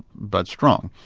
but strong,